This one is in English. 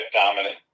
dominant